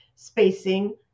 spacing